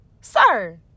Sir